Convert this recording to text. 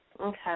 Okay